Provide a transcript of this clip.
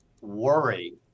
worry